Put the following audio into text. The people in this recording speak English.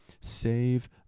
save